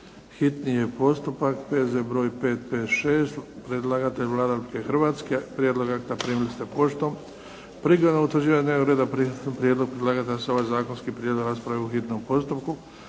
čitanje, P.Z. br. 556. Predlagatelj Vlada Republike Hrvatske, prijedlog akta primili ste poštom. Prilikom utvrđivanja dnevnog reda prijedlog predlagatelja da se ovaj Zakonski prijedlog raspravi u hitnom postupku,